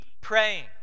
praying